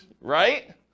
right